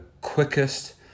quickest